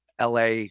LA